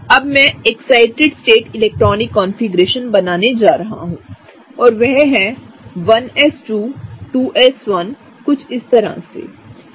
अब मैं excited state electronic configuration बनाने जा रहा हूं और वह है 1s2 2s1कुछइस तरह से ठीक है